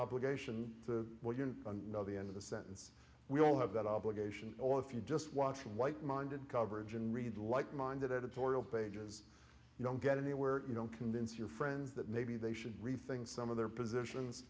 obligation to what you know the end of the sentence we all have that obligation or if you just watch white minded coverage and read like minded editorial pages you don't get anywhere you don't convince your friends that maybe they should rethink some of their positions